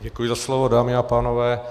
Děkuji za slovo, dámy a pánové.